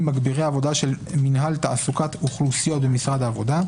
מגבירי עבודה של מנהל תעסוקת אוכלוסיות במשרד העבודה.